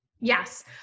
Yes